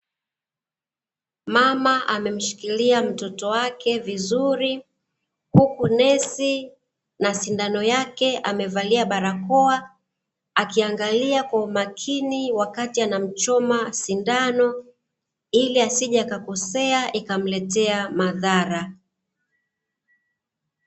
Mama amemshikilia mtoto wake vizuri, huku nesi na sindano yake amevalia barakoa, akiangalia kwa umakini wakati anamchoma sindano, ili asije akakosea ikamletea madhara.